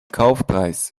kaufpreis